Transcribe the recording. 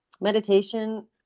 meditation